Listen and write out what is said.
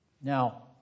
Now